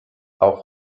auch